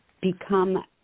become